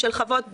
של חוות דעת,